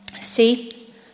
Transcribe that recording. See